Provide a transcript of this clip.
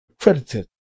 credited